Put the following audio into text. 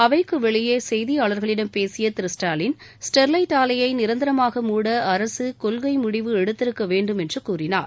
அவைக்கு வெளியே செய்தியாளர்களிடம் பேசிய திரு ஸ்டாலின் ஸ்டெர்லைட் ஆலையை நிரந்தரமாக மூட அரசு கொள்கை முடிவு எடுத்திருக்க வேண்டும் என்று கூறினார்